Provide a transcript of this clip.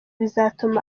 bizatuma